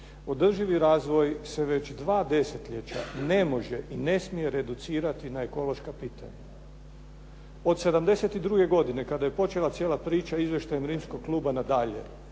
Održivi razvoj se već dva desetljeća ne može i ne smije reducirati na ekološka pitanja. Od '72. godine kada je počela cijela priča izvještajem Rimskog kluba na dalje